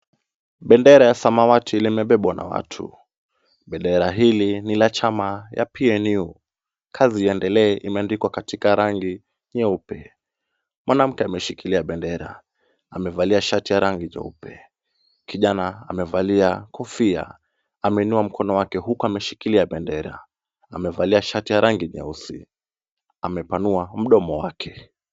Bendera ya samawati limebebwa na watu. Bendera hili ni la chama ya PNU kazi iendelee imeandikwa katika rangi nyeupe. Mwanamke ameshikilia bendera, amevalia shati ya rangi jeupe. Kijana amevalia kofia, ameinua mkono wake huku ameshikilia bendera. Amevalia shati ya rangi nyeusi. Amepanua mdomo wake.